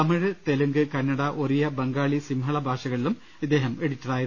തമിഴ്തെലുങ്ക് കന്നഡ ഒറിയ ബംഗാളി സിംഹള ഭാഷകളിലും ഇദ്ദേഹം എഡിറ്ററായിരുന്നു